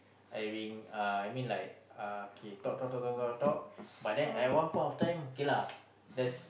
I being uh I mean like uh kay talk talk talk talk talk but then at one point of time kay lah that's